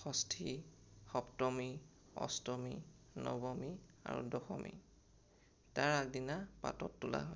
ষষ্ঠী সপ্তমী অষ্টমী নৱমী আৰু দশমী তাৰ আগদিনা পাতত তোলা হয়